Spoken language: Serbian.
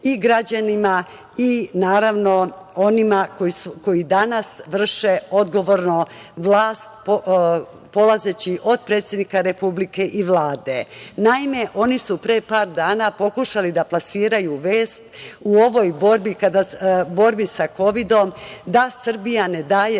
i građanima i naravno onima koji danas vrše odgovorno vlast, polazeći od predsednika Republike i Vlade. Naime, oni su pre par dana pokušali da plasiraju vest u ovoj borbi sa kovidom da Srbija ne daje